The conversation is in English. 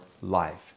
life